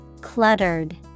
cluttered